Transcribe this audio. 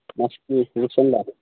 মাছ কি ৰূপচন্দা